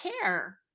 care